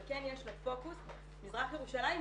אבל כן יש לה פוקוס במזרח ירושלים ובנגב.